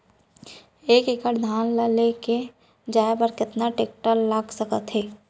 एक एकड़ धान ल ले जाये बर कतना टेकटर लाग सकत हे?